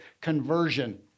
conversion